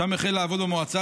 שם החל לעבוד במועצה,